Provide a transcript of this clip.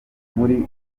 muri